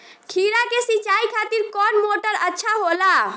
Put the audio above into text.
खीरा के सिचाई खातिर कौन मोटर अच्छा होला?